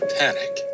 panic